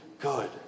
good